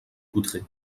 coudray